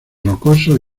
rocosos